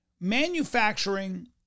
manufacturing